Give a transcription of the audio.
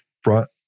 front